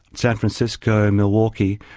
san francisco and milwaukee,